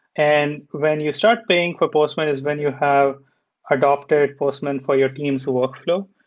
and when you start paying for postman is when you have adapted postman for your team's workflow,